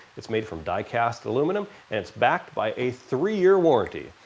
it's made from die cast aluminum and it's backed by a three year warranty.